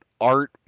art